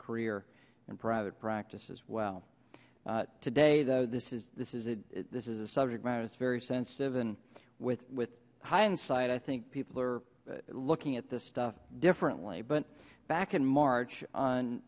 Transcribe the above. career and private practice as well today though this is this is it this is a subject matter is very sensitive and with with hindsight i think people are looking at this stuff differently but back in march on